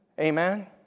Amen